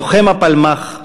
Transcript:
לוחם הפלמ"ח,